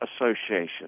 Association